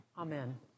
Amen